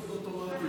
באופן אוטומטי,